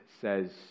says